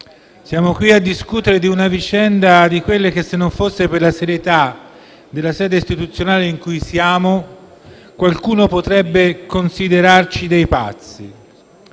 siamo oggi a discutere qui di una vicenda per la quale, se non fosse per la serietà della sede istituzionale in cui siamo, qualcuno potrebbe considerarci dei pazzi.